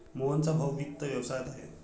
मोहनचा भाऊ वित्त व्यवसायात आहे